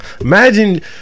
imagine